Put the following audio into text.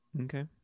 Okay